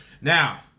Now